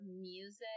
music